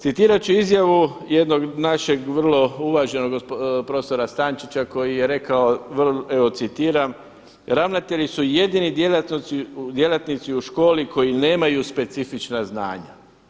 Citirati ću izjavu jednog našeg vrlo uvaženog profesora Stančića koji je rekao evo citiram „ravnatelji su jedini djelatnici u školi koji nemaju specifična znanja“